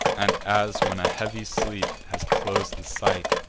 and as, when heavy sleep has clos'd the sight,